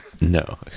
No